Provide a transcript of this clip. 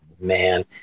man